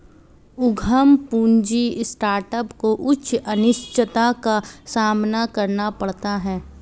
उद्यम पूंजी स्टार्टअप को उच्च अनिश्चितता का सामना करना पड़ता है